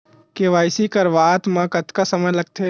KYC करवात म कतका समय लगथे?